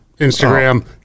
Instagram